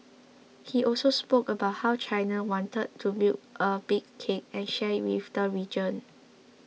he also spoke about how China wanted to build a big cake and share it with the region